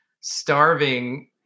starving